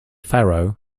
pharaoh